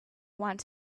want